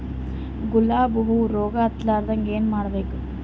ಗುಲಾಬ್ ಹೂವು ರೋಗ ಹತ್ತಲಾರದಂಗ ಏನು ಮಾಡಬೇಕು?